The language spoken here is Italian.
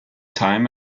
time